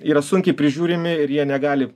yra sunkiai prižiūrimi ir jie negali